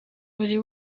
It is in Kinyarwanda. buri